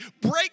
break